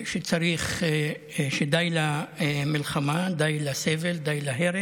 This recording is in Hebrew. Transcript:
היא שדי למלחמה, די לסבל, די להרג.